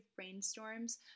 brainstorms